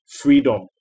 freedom